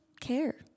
care